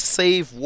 save